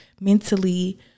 mentally